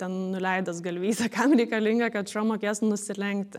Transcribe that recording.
ten nuleidęs galvytę kam reikalinga kad šuo mokės nusilenkti